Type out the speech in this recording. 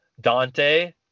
dante